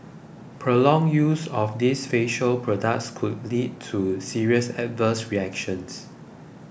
prolonged use of these facial products could lead to serious adverse reactions